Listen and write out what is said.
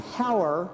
power